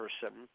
person